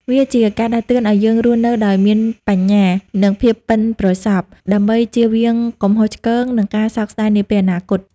វាជាការដាស់តឿនឲ្យយើងរស់នៅដោយមានបញ្ញា និងភាពប៉ិនប្រសប់ ដើម្បីជៀសវាងកំហុសឆ្គង និងការសោកស្តាយនាពេលអនាគត។